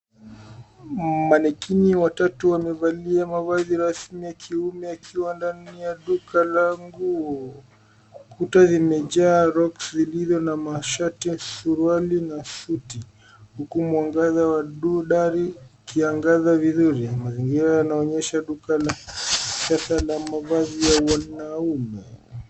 Mannequin ya watoto wamevalia mavazi rasmi yakiwa ndani ya duka la nguo. Kuta zimejaa raki zilizo na makoti, suruali na suti huku mwangaza wa dari ukiangaza vizuri. Mazingira yanaonyesha duka la mavazi ya wanaume.